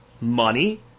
money